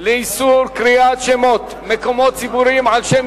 לאיסור קריאת שמות מקומות ציבוריים על שם